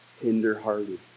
Tenderhearted